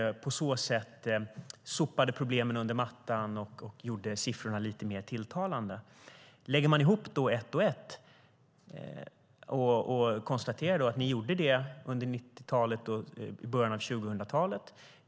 På så sätt sopade man problemen under mattan och gjorde siffrorna lite mer tilltalande. Detta var den politik ni förde under 1990-talet och början av 2000-talet.